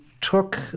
took